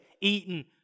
eaten